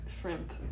shrimp